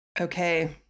Okay